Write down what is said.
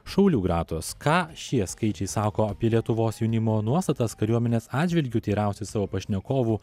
šaulių gretos ką šie skaičiai sako apie lietuvos jaunimo nuostatas kariuomenės atžvilgiu teirausis savo pašnekovų